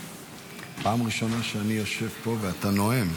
פעם ראשונה שאני יושב פה ואתה נואם.